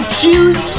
choose